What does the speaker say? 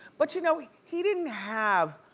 but you know, he he didn't have